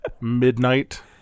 midnight